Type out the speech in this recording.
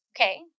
Okay